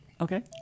Okay